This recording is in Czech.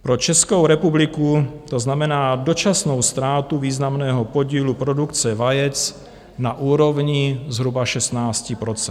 Pro Českou republiku to znamená dočasnou ztrátu významného podílu produkce vajec na úrovni zhruba 16 %.